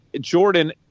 Jordan